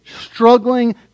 struggling